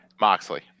Moxley